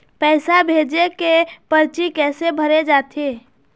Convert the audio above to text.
पैसा भेजे के परची कैसे भरे जाथे?